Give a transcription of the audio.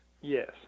Yes